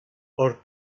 hor